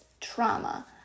trauma